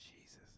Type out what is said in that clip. Jesus